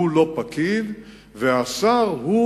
הוא לא פקיד, והשר הוא